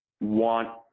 want